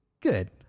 Good